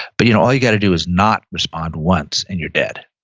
but you know all you've got to do is not respond once and you're dead,